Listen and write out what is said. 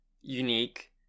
unique